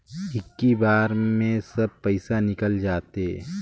इक्की बार मे सब पइसा निकल जाते?